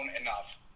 enough